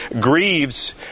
grieves